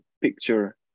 picture